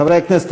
חברי הכנסת,